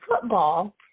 football